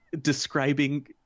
describing